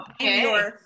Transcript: Okay